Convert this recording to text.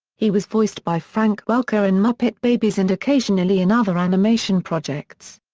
he was voiced by frank welker in muppet babies and occasionally in other animation projects.